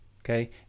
okay